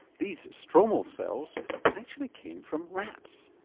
these stromal cells actually came from rats!